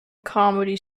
comedy